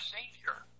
Savior